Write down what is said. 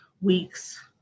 week's